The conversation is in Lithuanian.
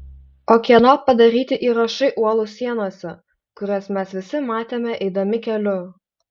o kieno padaryti įrašai uolų sienose kurias mes visi matėme eidami keliu